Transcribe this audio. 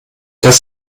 das